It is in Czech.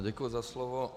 Děkuji za slovo.